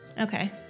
Okay